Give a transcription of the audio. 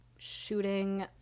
Shooting